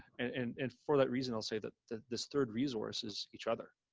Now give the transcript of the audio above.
and and for that reason, i'll say that that this third resource is each other.